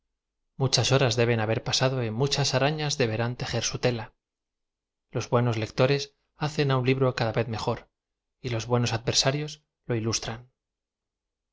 muchas horas deben haber pasado mu chas arañas deberán tejer su tela loa buenos lectores hacen á un libro cada v e z mejor los buenos ad ver sarios lo ilustran